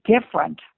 different